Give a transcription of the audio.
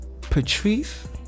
Patrice